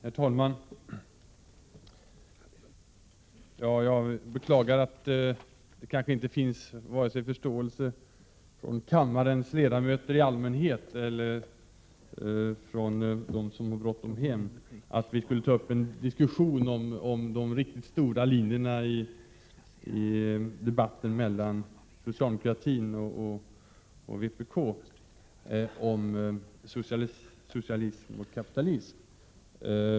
Fru talman! Jag beklagar, Jörn Svensson, men det finns kanske inte förståelse hos kammarens ledamöter vare sig i allmänhet eller nu när de har bråttom hem att vi tar upp en diskussion mellan socialdemokratin och vpk om de stora linjerna i uppfattningen om socialism och kapitalism.